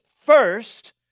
first